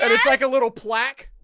and it's like a little plaque